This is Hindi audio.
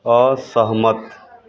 असहमत